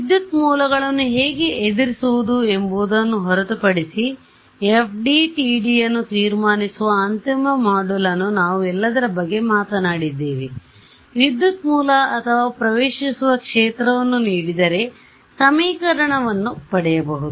ವಿದ್ಯುತ್ ಮೂಲಗಳನ್ನು ಹೇಗೆ ಎದುರಿಸುವುದು ಎಂಬುದನ್ನು ಹೊರತುಪಡಿಸಿ FDTDಯನ್ನು ತೀರ್ಮಾನಿಸುವ ಅಂತಿಮ ಮಾಡ್ಯೂಲ್ ನ್ನು ನಾವು ಎಲ್ಲದರ ಬಗ್ಗೆ ಮಾತನಾಡಿದ್ದೇವೆ ವಿದ್ಯುತ್ ಮೂಲ ಅಥವಾ ಪ್ರವೇಶಿಸುವ ಕ್ಷೇತ್ರವನ್ನು ನೀಡಿದರೆ ಸಮೀಕರಣವನ್ನು ಪಡೆಯಬಹುದು